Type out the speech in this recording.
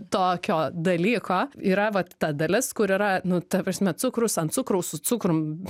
tokio dalyko yra vat ta dalis kur yra nu ta prasme cukrus ant cukraus su cukrum